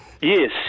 Yes